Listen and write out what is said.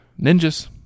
Ninjas